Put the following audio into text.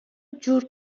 جور